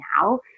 now